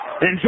Enjoy